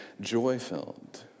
joy-filled